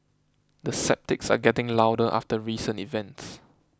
the sceptics are getting louder after recent events